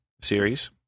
series